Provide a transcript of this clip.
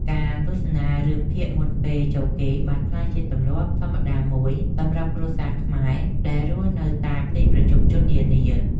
ការទស្សនារឿងភាគមុនពេលចូលគេងបានក្លាយជាទម្លាប់ធម្មតាមួយសម្រាប់គ្រួសារខ្មែរដែលរស់នៅតាមទីប្រជុំជននានា។